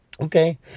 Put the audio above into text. Okay